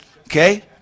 Okay